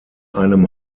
einem